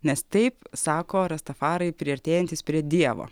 nes taip sako rastafarai priartėjantis prie dievo